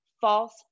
false